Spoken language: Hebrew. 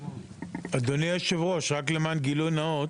אדוני היושב-ראש, רק למען גילוי נאות,